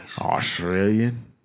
Australian